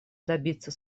добиться